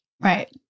Right